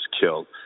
killed